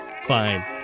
fine